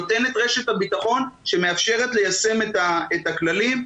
נותן את רשת הביטחון שמאפשרת ליישם את הכללים.